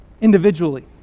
individually